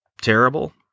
terrible